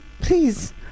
please